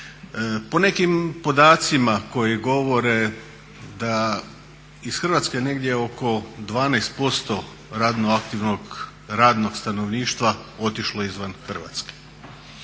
Po nekim podacima koji govore da iz Hrvatske negdje oko 12% radno aktivnog radnog stanovništva otišlo je izvan Hrvatske.